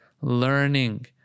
Learning